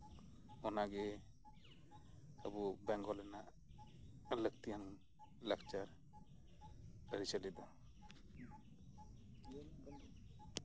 ᱚᱱᱟᱜᱮ ᱟᱵᱚ ᱵᱮᱝᱜᱚᱞ ᱨᱮᱱᱟᱜ ᱞᱟᱹᱠᱛᱤᱭᱟᱱ ᱞᱟᱠᱪᱟᱨ ᱟᱹᱨᱤᱪᱟᱞᱤ ᱫᱚ